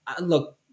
look